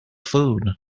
food